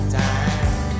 time